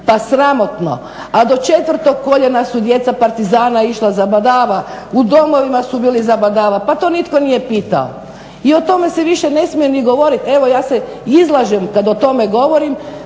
Pa sramotno! A do četvrtog koljena su djeca partizana išla za badava, u domovima su bili za badava. Pa to nitko nije pitao. I o tome se više ne smije ni govoriti. Evo ja se izlažem kad o tome govorim